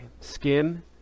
Skin